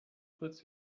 fritz